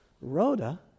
Rhoda